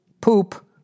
poop